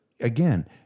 Again